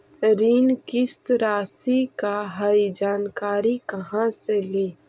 ऋण किस्त रासि का हई जानकारी कहाँ से ली?